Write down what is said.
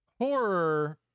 horror